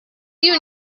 you